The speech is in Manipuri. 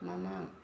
ꯃꯃꯥꯡ